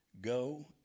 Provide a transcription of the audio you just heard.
Go